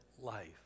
life